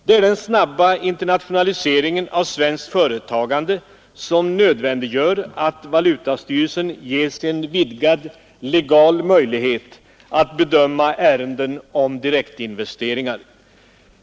Det är den snabba internationaliseringen av svenskt företagande som nödvändiggör att valutastyrelsen ges en vidgad legal möjlighet att bedöma ärenden om direktinvesteringar.